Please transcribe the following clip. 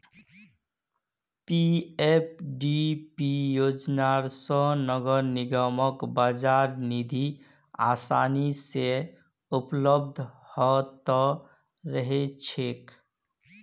PFDP योजना स नगर निगमक बाजार निधि आसानी स उपलब्ध ह त रह छेक